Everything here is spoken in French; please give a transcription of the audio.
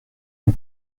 une